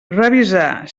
revisar